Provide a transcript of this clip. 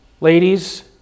ladies